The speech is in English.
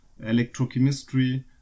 electrochemistry